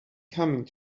coming